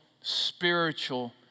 spiritual